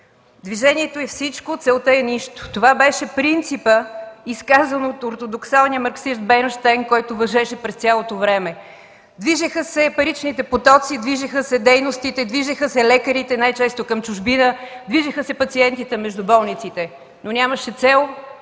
„Движението е всичко – целта е нищо” – това беше принципът, изказан от ортодоксалния марксист Бернщайн, който важеше през цялото време. Движеха са паричните потоци, движеха се дейностите, движеха се лекарите – най-често към чужбина, движеха се пациентите между болниците, но нямаше цел,